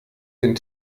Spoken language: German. den